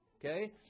Okay